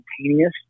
spontaneous